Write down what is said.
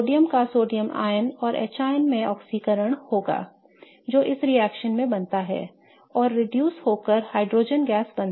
तो सोडियम का Na और H में ऑक्सीकरण होगा जो इस रिएक्शन में बनता है और रिड्यूस होकर हाइड्रोजन गैस H2 बनाता है